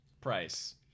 price